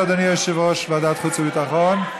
אדוני יושב-ראש ועדת חוץ וביטחון?